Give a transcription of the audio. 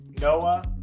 Noah